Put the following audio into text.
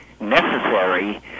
necessary